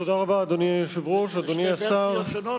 יש שתי ורסיות שונות?